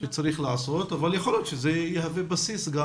שצריך להיעשות אבל יכול להיות שזה יהווה בסיס.